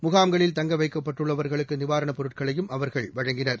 முகாம்களில் தங்க வைக்கப்பட்டுள்ளவர்களுக்கு நிவாரண பொருட்களையும் அவர்கள் வழங்கினர்